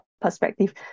perspective